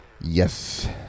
Yes